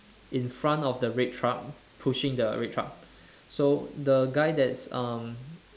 in front of the red truck pushing the red truck so the guy that's uh